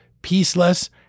peaceless